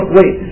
Wait